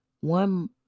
one